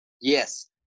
Yes